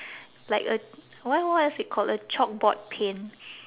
like a what what is it called a chalkboard paint